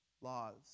laws